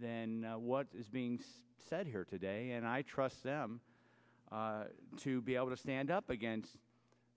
then what is being said here today and i trust them to be able to stand up against